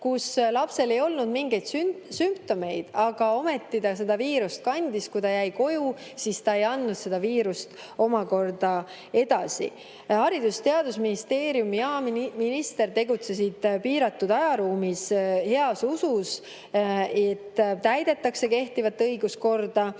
kus lapsel ei olnud mingeid sümptomeid, aga ometi ta seda viirust kandis. Kui ta jäi koju, siis ta ei andnud seda viirust omakorda edasi. Haridus‑ ja Teadusministeerium ja minister tegutsesid piiratud ajaruumis, heas usus, et täidetakse kehtivat õiguskorda,